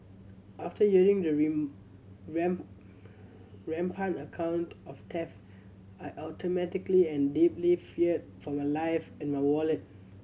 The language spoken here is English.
after hearing the rampant account of theft I automatically and deeply feared for my life and my wallet